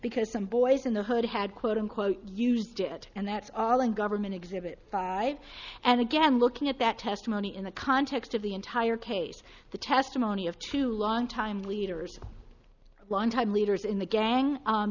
because some boys in the hood had quote unquote used it and that's all and government exhibit five and again looking at that testimony in the context of the entire case the testimony of two longtime leaders longtime leaders in the gang